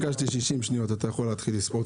ביקשתי 60 שניות, אתה יכול להתחיל לספור.